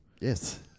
Yes